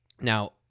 Now